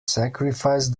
sacrifice